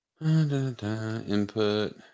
Input